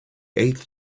eighth